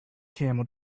camel